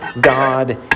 God